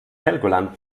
helgoland